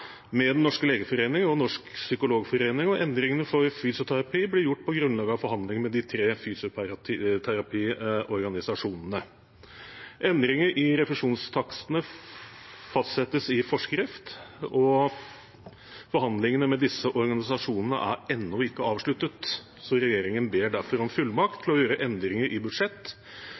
med Den norske legeforening og Norsk Psykologforening. Endringene for fysioterapi blir gjort på grunnlag av forhandlinger med de tre fysioterapeutorganisasjonene. Endringer i refusjonstakstene blir fastsatt i forskrifter. Forhandlingene med de nevnte organisasjonene er ennå ikke avsluttet. Regjeringen ber derfor om fullmakt til å gjøre endringer i